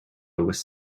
was